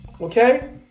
okay